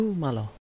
malo